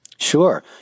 Sure